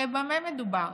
הרי במה מדובר?